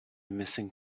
missing